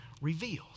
revealed